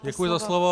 Děkuji za slovo.